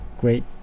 great